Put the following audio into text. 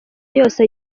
yose